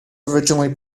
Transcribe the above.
originally